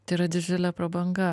tai yra didžiulė prabanga